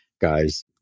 guys